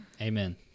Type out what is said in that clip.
Amen